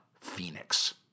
Phoenix